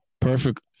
Perfect –